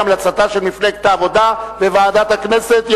המלצתה של מפלגת העבודה בוועדת הכנסת,